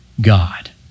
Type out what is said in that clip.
God